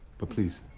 but please,